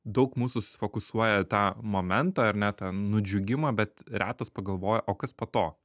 daug mūsų susifokusuoja į tą momentą ar ne ten nudžiugimą bet retas pagalvoja o kas po to